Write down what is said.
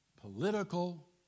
political